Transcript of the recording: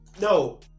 no